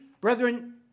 brethren